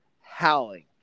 howling